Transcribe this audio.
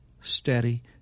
steady